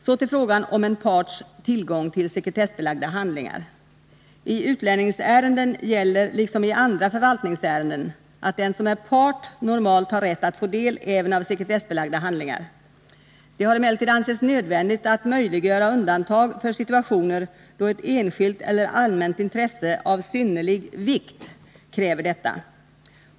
Så till frågan om en parts tillgång till sekretessbelagda handlingar. I utlänningsärenden gäller liksom i andra förvaltningsärenden att den som är part normalt har rätt att få del även av sekretessbelagda handlingar. Det har emellertid ansetts nödvändigt att möjliggöra undantag för situationer då ett enskilt eller allmänt intresse av ”synnerlig vikt” kräver detta.